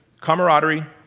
camaraderie,